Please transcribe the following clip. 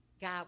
God